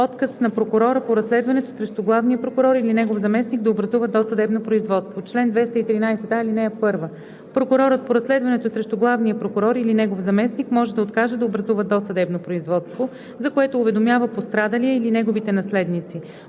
„Отказ на прокурора по разследването срещу главния прокурор или негов заместник да образува досъдебно производство Чл. 213а. (1) Прокурорът по разследването срещу главния прокурор или негов заместник може да откаже да образува досъдебно производство, за което уведомява пострадалия или неговите наследници,